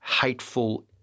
hateful